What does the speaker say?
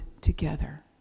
together